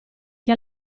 che